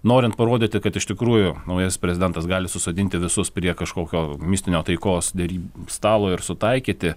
norint parodyti kad iš tikrųjų naujasis prezidentas gali susodinti visus prie kažkokio mistinio taikos dery stalo ir sutaikyti